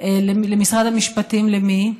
במשרד המשפטים, למי?